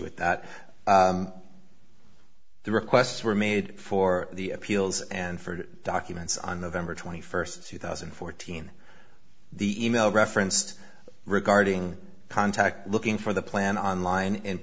with that the requests were made for the appeals and for documents on nov twenty first two thousand and fourteen the email referenced regarding contact looking for the plan online in